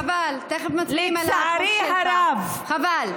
בבקשה, צא מהאולם.